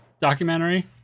documentary